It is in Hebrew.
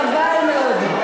חבל מאוד.